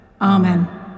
Amen